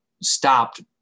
stopped